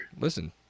Listen